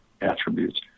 attributes